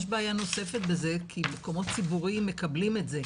יש בעיה נוספת בזה כי מקומות ציבוריים מקבלים את זה,